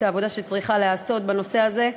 את העבודה שצריכה להיעשות בנושא הזה.